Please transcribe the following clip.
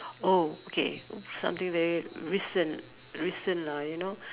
oh okay something very recent recent lah you know